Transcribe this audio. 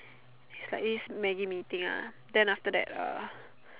is like this Maggi Mee thing ah then after that uh